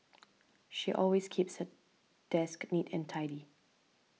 she always keeps her desk neat and tidy